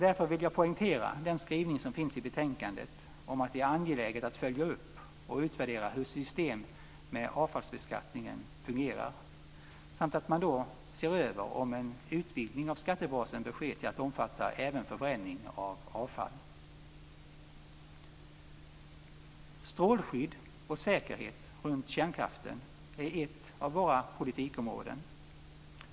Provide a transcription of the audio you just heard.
Därför vill jag poängtera den skrivning som finns i betänkandet om att det är angeläget att följa upp och utvärdera hur systemet med avfallsbeskattningen fungerar samt att man då ser över om en utvidgning av skattebasen bör ske till att omfatta även förbränning av avfall. Strålskydd och säkerhet runt kärnkraften är ett av våra politikområden.